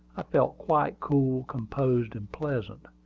i felt quite cool, composed, and pleasant.